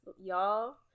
Y'all